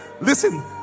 listen